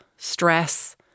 stress